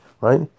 right